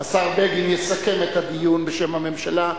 השר בגין יסכם את הדיון בשם הממשלה.